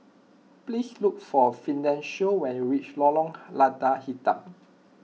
please look for Fidencio when you reach Lorong Lada Hitam